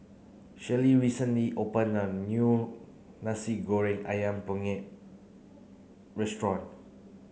Sherie recently opened a new Nasi Goreng Ayam Kunyit restaurant